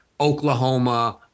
Oklahoma